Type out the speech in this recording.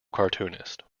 cartoonist